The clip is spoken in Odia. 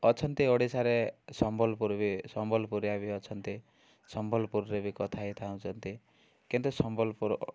ଅଛନ୍ତି ଓଡ଼ିଶାରେ ସମ୍ବଲପୁର ବି ସମ୍ବଲପୁରିଆ ବି ଅଛନ୍ତି ସମ୍ବଲପୁରରେ ବି କଥା ହେଇଥାହୁଁଛନ୍ତି କିନ୍ତୁ ସମ୍ବଲପୁର